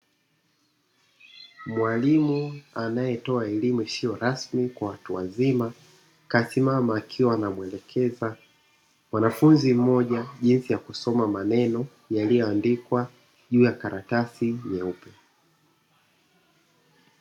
Mwalimu anayetoa elimu isiyo rasmi kwa watu wazima kasimama akiwa anamuelekeza mwanafunzi mmoja jinsi ya kusoma maneno yaliyoandikwa juu ya karatasi nyeupe.